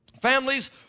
Families